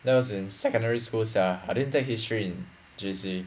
that was in secondary school sia I didn't take history in J_C